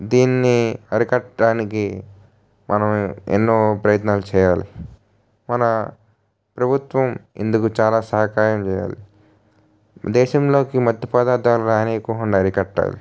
దీన్ని అరికట్టడానికి మనం ఎన్నో ప్రయత్నాలు చేయాలి మన ప్రభుత్వం ఇందుకు చాలా సహకారం చేయాలి దేశంలోకి మత్తు పదార్థాలు రానీయకుండా అరికట్టాలి